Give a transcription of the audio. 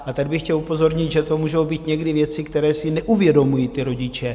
A tady bych chtěl upozornit, že to můžou být někdy věci, které si neuvědomují ti rodiče.